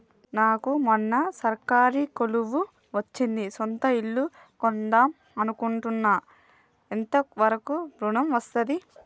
నాకు మొన్న సర్కారీ కొలువు వచ్చింది సొంత ఇల్లు కొన్దాం అనుకుంటున్నా ఎంత వరకు ఋణం వస్తది?